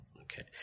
okay